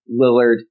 Lillard